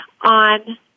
on